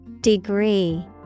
Degree